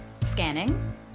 Scanning